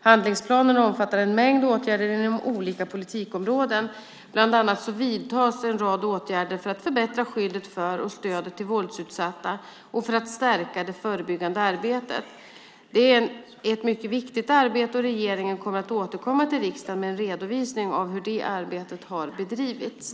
Handlingsplanerna omfattar en mängd åtgärder inom olika politikområden. Bland annat vidtas en rad åtgärder för att förbättra skyddet för och stödet till våldsutsatta och för att stärka det förebyggande arbetet. Detta är ett mycket viktigt arbete, och regeringen kommer att återkomma till riksdagen med en redovisning av hur arbetet har bedrivits.